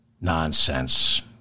nonsense